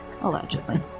allegedly